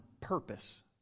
purpose